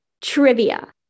trivia